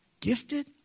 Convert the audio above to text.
Gifted